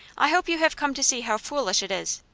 i hope you have come to see how foolish it is.